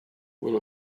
will